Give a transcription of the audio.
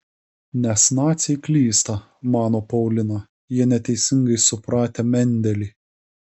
nes naciai klysta mano paulina jie neteisingai supratę mendelį